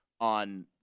on